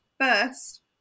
first